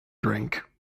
drink